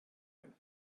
him